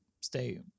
stay